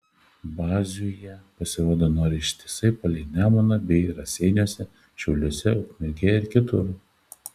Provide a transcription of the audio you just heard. bazių jie pasirodo nori ištisai palei nemuną bei raseiniuose šiauliuose ukmergėje ir kitur